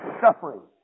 suffering